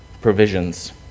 provisions